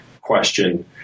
question